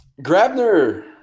Grabner